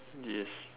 yes